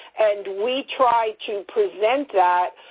and we try to present that,